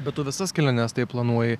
be tu visas keliones taip planuoji